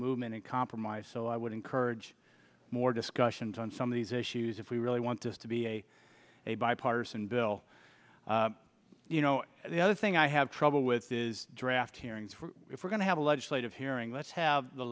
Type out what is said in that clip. movement in compromise so i would encourage more discussions on some of these issues if we really want this to be a a bipartisan bill you know the other thing i have trouble with is draft hearings if we're going to have a legislative hearing let's have the